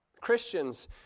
Christians